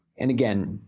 and again,